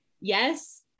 yes